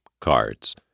cards